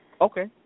Okay